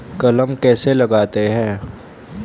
कलम कैसे लगाते हैं?